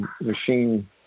machine